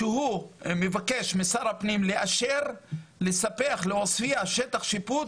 שהוא מבקש משר הפנים לאשר לספח לעוספיה שטח שיפוט